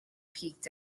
peaked